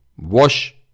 wash